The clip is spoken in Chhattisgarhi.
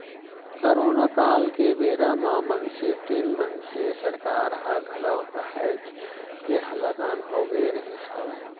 करोना काल के बेरा म मनसे तेन मनसे सरकार ह घलौ काहेच के हलाकान होगे रिहिस हवय